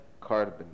carbon